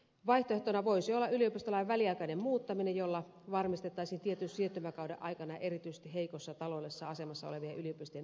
vaihtoehtona voisi olla yliopistolain väliaikainen muuttaminen jolla varmistettaisiin tietyn siirtymäkauden aikana erityisesti heikossa taloudellisessa asemassa olevien yliopistojen asema